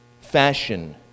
fashion